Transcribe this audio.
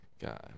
God